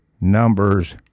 numbers